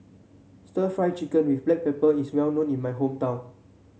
stir Fry Chicken with Black Pepper is well known in my hometown